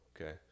Okay